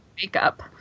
makeup